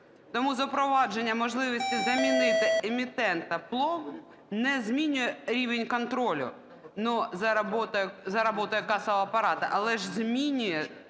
Тому запровадження можливості замінити емітента пломб не змінює рівень контролю за роботою касового апарату, але ж змінює